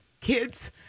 kids